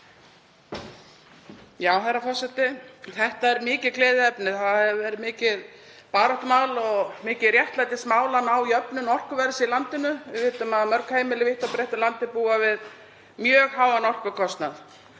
Herra forseti. Þetta er mikið gleðiefni. Það hefur verið mikið baráttumál og mikið réttlætismál að ná jöfnun orkuverðs í landinu. Við vitum að mörg heimili vítt og breitt um landið búa við mjög háan orkukostnað